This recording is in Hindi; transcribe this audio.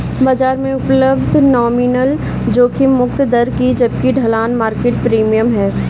बाजार में उपलब्ध नॉमिनल जोखिम मुक्त दर है जबकि ढलान मार्केट प्रीमियम है